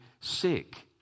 sick